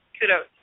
kudos